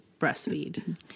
breastfeed